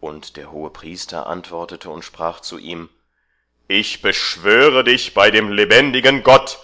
und der hohepriester antwortete und sprach zu ihm ich beschwöre dich bei dem lebendigen gott